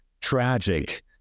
tragic